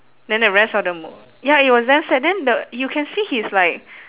then the rest of the mo~ ya it was damn sad then the you can see he's like